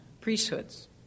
priesthoods